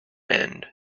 end